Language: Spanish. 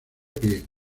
que